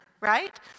right